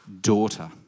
Daughter